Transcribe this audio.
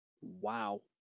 Wow